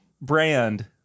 brand